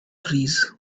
trees